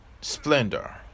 splendor